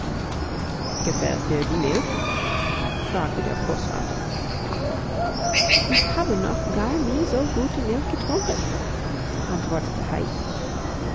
gefällt dir die milch fragte der großvater ich habe noch gar nie so gute milch getrunken antwortete heidi